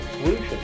solution